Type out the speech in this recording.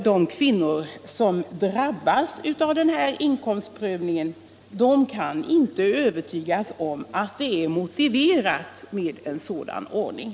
De kvinnor som drabbas av den här inkomstprövningen kan inte gärna övertygas om att det är motiverat med en sådan ordning.